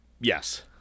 Yes